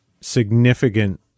significant